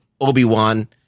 Obi-Wan